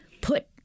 put